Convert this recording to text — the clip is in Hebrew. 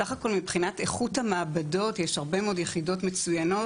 מבחינת איכות המעבדות יש הרבה מאוד יחידות מצוינות,